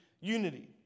unity